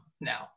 now